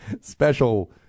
Special